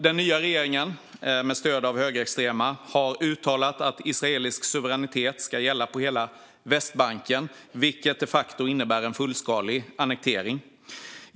Den nya regeringen, med stöd av högerextrema, har uttalat att israelisk suveränitet ska gälla på hela Västbanken, vilket de facto innebär en fullskalig annektering.